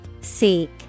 Seek